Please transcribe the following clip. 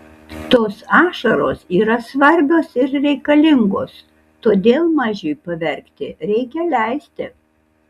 tos ašaros yra svarbios ir reikalingos todėl mažiui paverkti reikia leisti